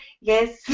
Yes